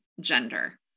gender